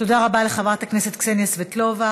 תודה רבה לחברת הכנסת קסניה סבטלובה.